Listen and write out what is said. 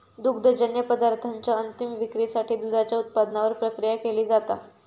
दुग्धजन्य पदार्थांच्या अंतीम विक्रीसाठी दुधाच्या उत्पादनावर प्रक्रिया केली जाता